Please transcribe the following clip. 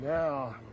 now